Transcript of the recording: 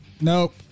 Nope